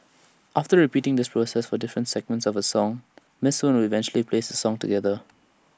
after repeating the through for the different segments of A song miss soon would eventually plays song together